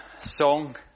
song